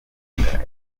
emmanuel